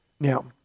Now